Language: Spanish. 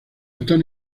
están